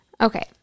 Okay